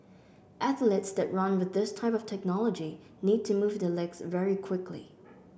athletes that run with this type of technology need to move their legs very quickly